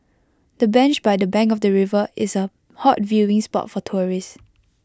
the bench by the bank of the river is A hot viewing spot for tourists